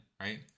right